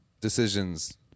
decisions